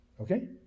okay